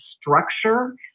structure